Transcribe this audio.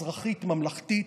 אזרחית, ממלכתית.